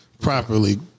properly